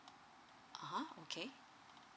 (uh huh) okay